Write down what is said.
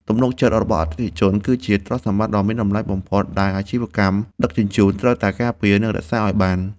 ទំនុកចិត្តរបស់អតិថិជន គឺជាទ្រព្យសម្បត្តិដ៏មានតម្លៃបំផុតដែលអាជីវកម្មដឹកជញ្ជូនត្រូវតែការពារ និងរក្សាឱ្យបាន។